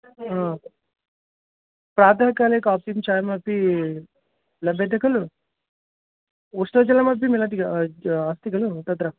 हा प्रातःकाले कापीं चायमपि लभ्यते खलु उष्णजलमपि मिलति अस्ति खलु तत्र